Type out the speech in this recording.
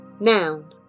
Noun